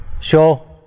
Sure